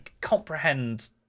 comprehend